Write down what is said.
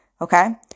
okay